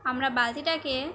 আমরা বালতিটাকে